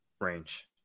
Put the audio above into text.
range